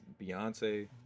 beyonce